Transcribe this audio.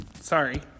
Sorry